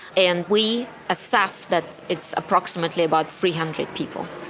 and we assess that it's approximately about three hundred people.